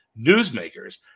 newsmakers